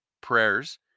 prayers